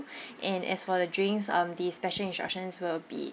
and as for the drinks um the special instructions will be